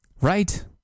Right